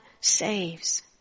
saves